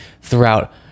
throughout